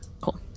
Cool